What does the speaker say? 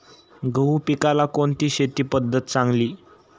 गहू पिकाला कोणती शेती पद्धत चांगली?